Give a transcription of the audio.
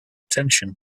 attention